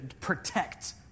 protect